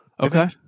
Okay